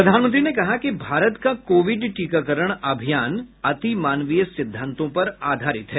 प्रधानमंत्री ने कहा है कि भारत का कोविड टीकाकरण अभियान अति मानवीय सिद्धांतों पर आधारित है